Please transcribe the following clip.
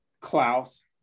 Klaus